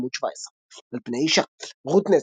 עמ' 17. על "פני אשה" רות נצר.